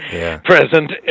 present